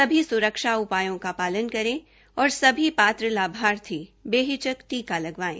सभी स्रक्षा उपायों का पालन करें और सभी पात्र लाभार्थी बेहिचक टीका लगवाएं